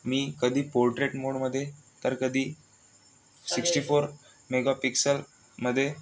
मी कधी पोर्ट्रेट मोडमध्ये तर कधी सिक्स्टीफोर मेगा पिक्सलमध्ये